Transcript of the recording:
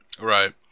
Right